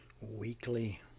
weekly